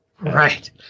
Right